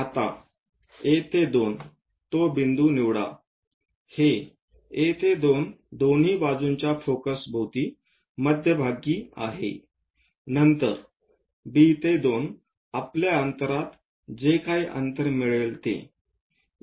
आता A ते 2 तो बिंदू निवडा हे A ते 2 दोन्ही बाजूंच्या फोकसभोवती मध्यभागी आहे नंतर B ते 2 आपल्या अंतरात जे काही अंतर मिळेल ते